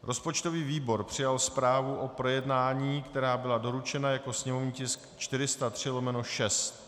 Rozpočtový výbor přijal zprávu o projednání, která byla doručena jako sněmovní tisk 403/6.